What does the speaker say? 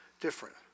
different